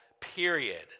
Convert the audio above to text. period